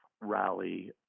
rally